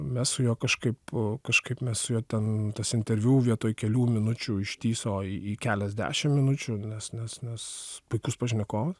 mes su juo kažkaip kažkaip mes su juo ten tas interviu vietoj kelių minučių ištįso į į keliasdešim minučių nes nes nes puikus pašnekovas